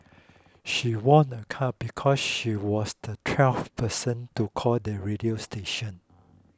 she won a car because she was the twelfth person to call the radio station